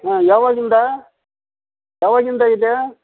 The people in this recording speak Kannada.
ಹಾಂ ಯಾವಾಗಿಂದ ಯಾವಾಗಿಂದ ಇದೆ